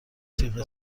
تیغ